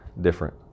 different